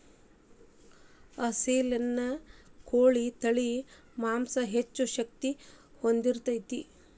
ಅಸೇಲ ಅನ್ನು ಕೋಳಿ ತಳಿಯ ಮಾಂಸಾ ಹೆಚ್ಚ ಶಕ್ತಿ ಹೊಂದಿರತತಿ